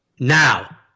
Now